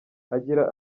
agira